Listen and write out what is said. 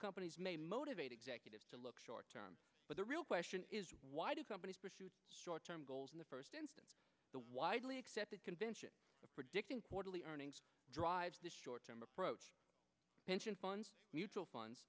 companies may motivate executives to look short term but the real question is why do companies term goals in the first instance the widely accepted convention of predicting quarterly earnings drives the short term approach pension funds mutual funds